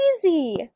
crazy